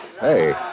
Hey